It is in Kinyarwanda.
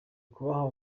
kubaha